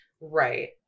right